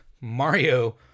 Mario